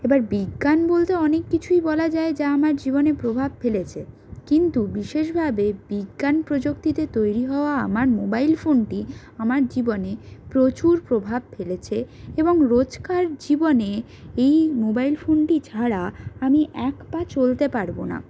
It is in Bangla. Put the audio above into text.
এবার বিজ্ঞান বলতে অনেক কিছুই বলা যায় যা আমার জীবনে প্রভাব ফেলেছে কিন্তু বিশেষভাবে বিজ্ঞান প্রযুক্তিতে তৈরি হওয়া আমার মোবাইল ফোনটি আমার জীবনে প্রচুর প্রভাব ফেলেছে এবং রোজকার জীবনে এই মোবাইল ফোনটি ছাড়া আমি এক পা চলতে পারবো না